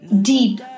deep